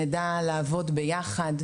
שנדע לעבוד ביחד,